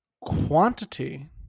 Quantity